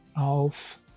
Auf